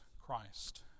Christ